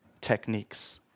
techniques